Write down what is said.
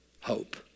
Hope